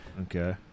Okay